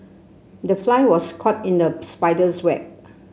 the fly was caught in the spider's web